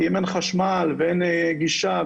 כי אם אין חשמל ואין גישה,